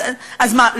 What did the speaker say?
אז מה,